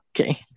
Okay